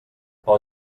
pel